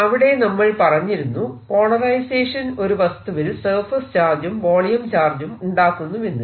അവിടെ നമ്മൾ പറഞ്ഞിരുന്നു പോളറൈസേഷൻ ഒരു വസ്തുവിൽ സർഫേസ് ചാർജും വോളിയം ചാർജും ഉണ്ടാക്കുന്നുവെന്ന്